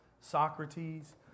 Socrates